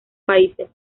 países